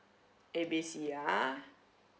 A B C ah